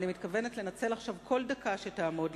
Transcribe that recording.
ואני מתכוונת לנצל עכשיו כל דקה שתעמוד